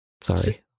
sorry